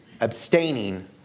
Abstaining